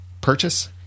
purchase